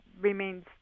remains